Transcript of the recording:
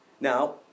Now